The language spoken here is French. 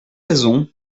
raison